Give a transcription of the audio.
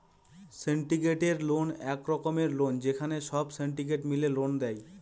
syndicated loan এক রকমের loan যেখানে সব সিন্ডিকেট মিলে লোন দেয়